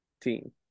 team